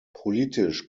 politisch